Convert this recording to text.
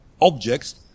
objects